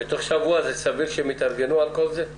זה סביר שהם יתארגנו על כל זה בתוך שבוע?